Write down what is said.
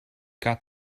got